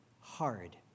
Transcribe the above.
hard